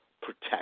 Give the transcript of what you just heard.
protect